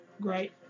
great